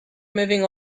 moving